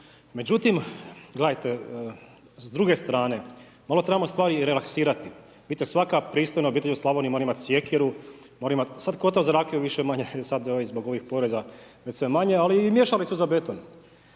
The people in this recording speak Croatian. gledajte, s druge strane, malo trebamo stvari relaksirati, vidite svaka pristojna obitelj u Slavoniji mora imati sjekiru, mora imati, sad kotao za rakiju više-manje, sad zbog ovih poreza već sve manje ali i mješalicu za beton.